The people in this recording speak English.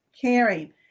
caring